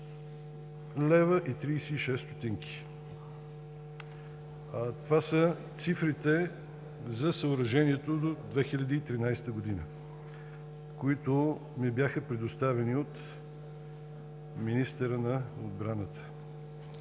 713,36 лв. Това са цифрите за съоръжението до 2013 г., които ми бяха предоставени от министъра на отбраната.